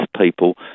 people